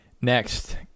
Next